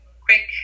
quick